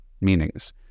meanings